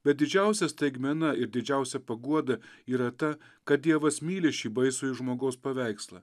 bet didžiausia staigmena ir didžiausia paguoda yra ta kad dievas myli šį baisųjį žmogaus paveikslą